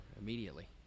immediately